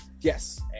Yes